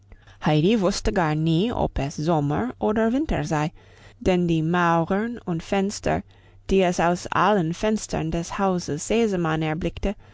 heidi wusste gar nie ob es sommer oder winter sei denn die mauern und fenster die es aus allen fenstern des hauses sesemann erblickte